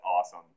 awesome